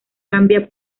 gambia